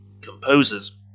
composers